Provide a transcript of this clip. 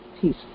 peace